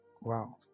Wow